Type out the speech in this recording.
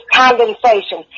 condensation